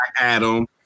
Adam